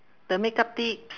the makeup tips